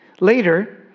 later